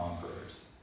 conquerors